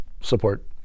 support